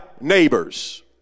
neighbor's